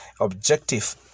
objective